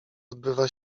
odbywa